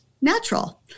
natural